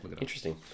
interesting